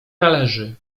należy